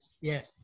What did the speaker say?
Yes